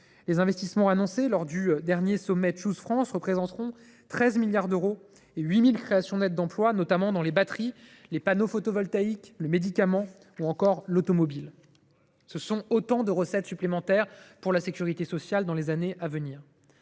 Les investissements annoncés lors du dernier sommet représenteront 13 milliards d’euros et 8 000 créations nettes d’emplois, notamment dans les batteries, les panneaux photovoltaïques, les médicaments ou encore l’automobile. Ce sont autant de recettes supplémentaires pour la sécurité sociale dans les années à venir.